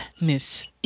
Miss